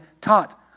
taught